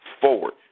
forward